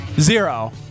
Zero